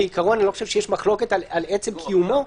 אני לא חושב שיש מחלוקת על עצם קיומו.